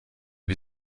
wie